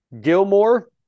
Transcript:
Gilmore